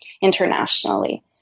internationally